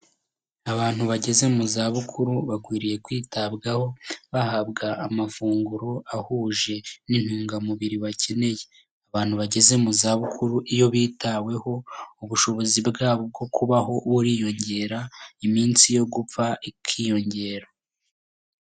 Abantu bageze muza bukuru bakwiriye kwitabwaho bahabwa amafunguro ahuje n'intungamubiri bakeneye. Abantu bageze muza bukuru iyo bitaweho ubushobozi bwabo bwo kubaho buriyongera, iminsi yo gupfa ikiyongera.